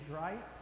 Right